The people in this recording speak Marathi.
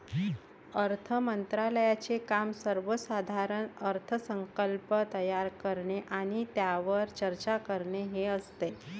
अर्थ मंत्रालयाचे काम सर्वसाधारण अर्थसंकल्प तयार करणे आणि त्यावर चर्चा करणे हे असते